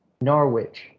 norwich